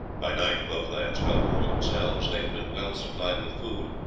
by night both lads felt more themselves. they had been well supplied with food,